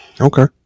Okay